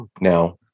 Now